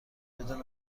بدون